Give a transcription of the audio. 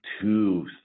two